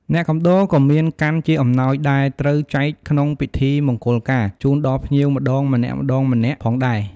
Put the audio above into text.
អ្នកកំដរក៏មានកាន់ជាអំណោយដែលត្រូវចែកក្នុងពិធីមង្គលការ ជូនដល់ភ្ញៀវម្តងម្នាក់ៗផងដែរ។